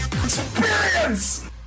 EXPERIENCE